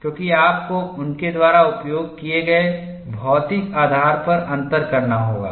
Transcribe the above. क्योंकि आपको उनके द्वारा उपयोग किए गए भौतिक आधार पर अंतर करना होगा